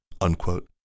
unquote